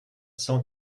cent